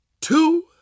two